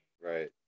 Right